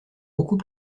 beaucoup